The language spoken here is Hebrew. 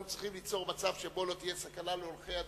אנחנו צריכים ליצור מצב שבו לא תהיה סכנה להולכי הדרך.